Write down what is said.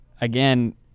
again